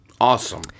Awesome